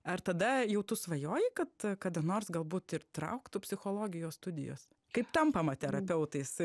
ar tada jau tu svajojai kad kada nors galbūt ir trauktų psichologijos studijos kaip tampama terapeutais